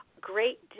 great